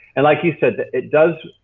and like you said, it does.